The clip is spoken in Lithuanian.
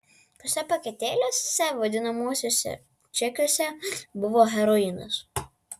tuose paketėliuose vadinamuosiuose čekiuose buvo heroinas